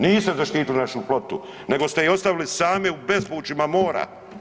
Niste zaštitili našu flotu nego ste je ostavili samu u bespućima mora.